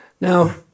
Now